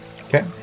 okay